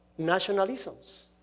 nationalisms